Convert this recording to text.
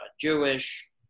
Jewish